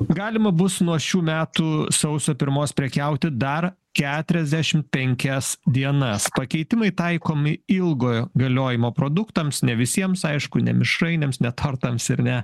galima bus nuo šių metų sausio pirmos prekiauti dar keturiasdešimt penkias dienas pakeitimai taikomi ilgojo galiojimo produktams ne visiems aišku ne mišrainėms ne tortams ir ne